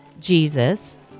Jesus